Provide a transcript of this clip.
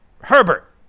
Herbert